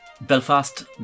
Belfast